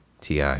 TI